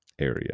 area